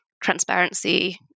transparency